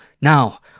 now